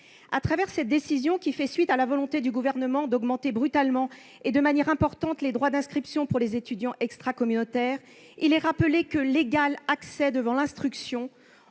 À travers cette décision, qui fait suite à la volonté du Gouvernement d'augmenter brutalement et de manière importante les droits d'inscription pour les étudiants extracommunautaires, il est rappelé que l'égal accès devant l'instruction,